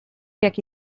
jaki